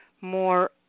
more